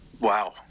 Wow